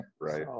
right